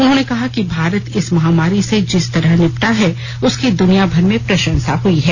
उन्होंने कहा कि भारत इस महामारी से जिस तरह निपटा उसकी दुनियाभर में प्रशंसा हुई है